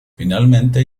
finalmente